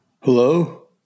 Hello